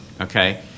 Okay